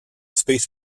space